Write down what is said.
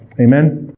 Amen